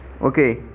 okay